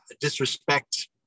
disrespect